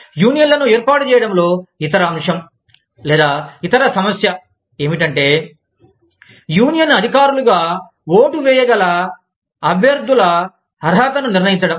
యూనియన్లను ఏర్పాటు చేయడంలో ఇతర అంశం లేదా ఇతర సమస్య ఏమిటంటే యూనియన్ అధికారులుగా ఓటు వేయగల అభ్యర్థుల అర్హతను నిర్ణయించడం